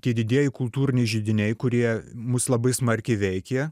tie didieji kultūriniai židiniai kurie mus labai smarkiai veikė